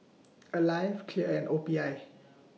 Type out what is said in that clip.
Alive Clear and O P I